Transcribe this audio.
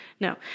No